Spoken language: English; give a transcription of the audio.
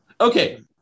okay